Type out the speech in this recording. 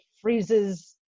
freezes